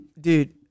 dude